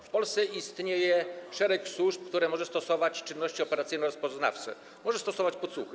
W Polsce istnieje szereg służb, które mogą stosować czynności operacyjno-rozpoznawcze, mogą stosować podsłuchy.